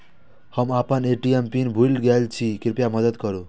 हम आपन ATM PIN भूल गईल छी, कृपया मदद करू